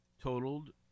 totaled